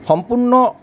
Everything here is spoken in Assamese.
সম্পূৰ্ণ